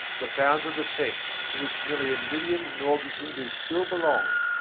the founder of a sect to which nearly a million northern hindus still belong,